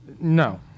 no